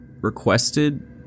requested